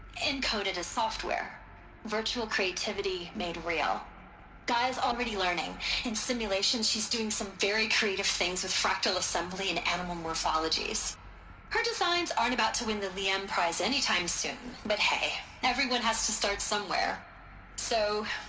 encoded as software virtual creativity, made real gaia's already learning in simulations, she's doing some very creative things with fractal assembly and animal morphologies her designs aren't about to with the li-em prize any time soon. but hey. everyone has to start somewhere so.